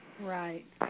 Right